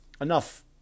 Enough